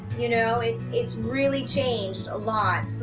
you know, it's it's really changed a lot.